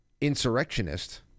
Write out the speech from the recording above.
insurrectionist